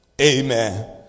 Amen